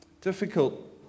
Difficult